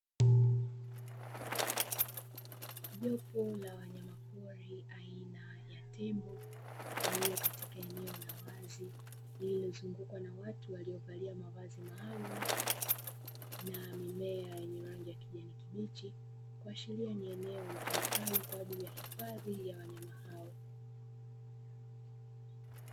Jopo la wanyamapori aina ya tembo walio katika eneo la wazi lililozungukwa na watu waliovalia mavazi maalumu na mimea yenye rangi ya kijani kibichi, kuashiria ni eneo litumikalo kwa ajili ya hifadhi ya wanyama hao.